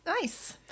Nice